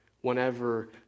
whenever